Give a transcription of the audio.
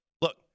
look